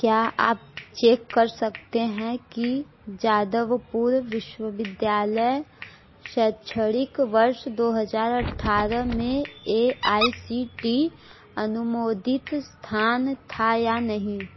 क्या आप चेक कर सकते हैं कि यादवपुर विश्वविद्यालय शैक्षणिक वर्ष दो हज़ार अठारह में A I C T E अनुमोदित स्थान था या नहीं